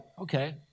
okay